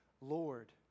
Lord